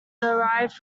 derived